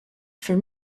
for